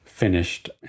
finished